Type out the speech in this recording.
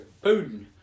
Putin